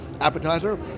appetizer